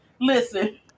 Listen